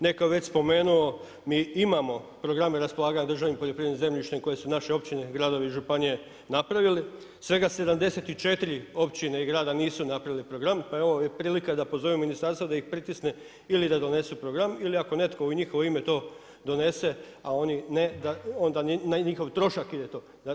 Netko je već spomenuo, mi imamo programe raspolaganja državnim poljoprivrednim zemljištem koje su naše općine, gradovi i županije napravili, svega 74 općine i grada nisu napravili program pa je evo i prilika da pozovem ministarstvo da ih pritisne ili da donesu program ili ako netko u njihovo ime to donese a oni ne, da onda na njihov trošak ide to.